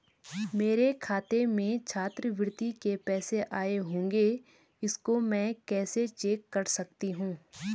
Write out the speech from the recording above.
मेरे खाते में छात्रवृत्ति के पैसे आए होंगे इसको मैं कैसे चेक कर सकती हूँ?